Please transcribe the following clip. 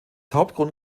hauptgrund